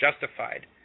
justified